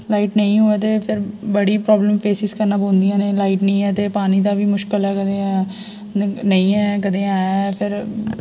light नेईं होवै ते फिर बड़ी प्रॉब्लम फेसिस करनी पौंदियां ते लाइट नेईं ऐ ते पानी दा बी मुश्कल कदें नेईं ऐ ते कदें ऐ पर